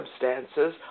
circumstances